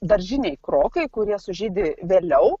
daržiniai krokai kurie sužydi vėliau